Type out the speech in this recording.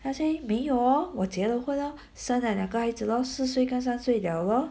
then I say 没有哦我结了婚了生了两个孩子咯四岁跟三岁了咯